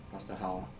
pastor hao ah